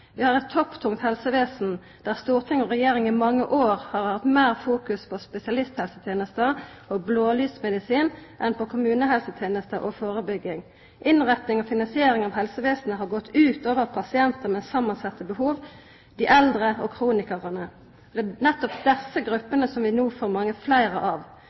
Vi har eit topptungt helsevesen fordi storting og regjering i mange år har hatt meir fokus på spesialisthelsetenesta og blålysmedisin enn på kommunehelsetenesta og førebygging. Innretting og finansiering av helsevesenet har gått ut over pasientar med samansette behov, dei eldre og kronikarane – nettopp desse gruppene som vi no får mange fleire av.